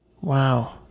Wow